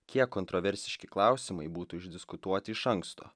kiek kontroversiški klausimai būtų išdiskutuoti iš anksto